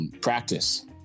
practice